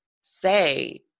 say